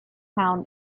town